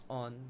on